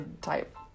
type